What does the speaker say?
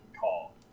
call